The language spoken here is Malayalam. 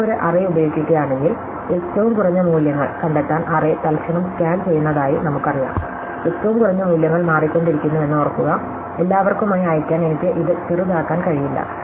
നിങ്ങൾ ഒരു അറേ ഉപയോഗിക്കുകയാണെങ്കിൽ ഏറ്റവും കുറഞ്ഞ മൂല്യങ്ങൾ കണ്ടെത്താൻ അറേ തൽക്ഷണം സ്കാൻ ചെയ്യുന്നതായി നമുക്കറിയാം ഏറ്റവും കുറഞ്ഞ മൂല്യങ്ങൾ മാറിക്കൊണ്ടിരിക്കുന്നുവെന്ന് ഓർക്കുക എല്ലാവർക്കുമായി അയയ്ക്കാൻ എനിക്ക് ഇത് ചെറുതാക്കാൻ കഴിയില്ല